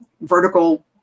vertical